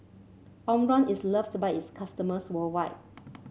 Omron is loved by its customers worldwide